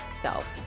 self